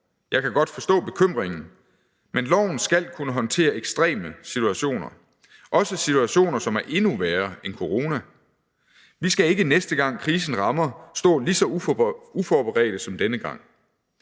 Jeg kan godt forstå bekymringen, men loven skal kunne håndtere ekstreme situationer, også situationer, som er endnu værre end corona. Vi skal ikke, næste gang krisen rammer, stå lige så uforberedte som denne gang.